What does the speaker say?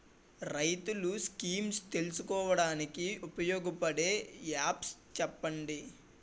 రైతులు స్కీమ్స్ తెలుసుకోవడానికి ఉపయోగపడే యాప్స్ చెప్పండి?